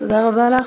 תודה רבה לך.